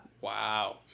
Wow